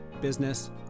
business